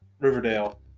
riverdale